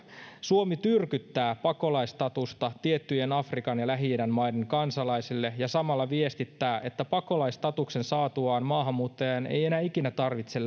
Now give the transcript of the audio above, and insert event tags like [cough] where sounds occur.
suomi tyrkyttää pakolaisstatusta tiettyjen afrikan ja lähi idän maiden kansalaisille ja samalla viestittää että pakolaisstatuksen saatuaan maahanmuuttajan ei enää ikinä tarvitse [unintelligible]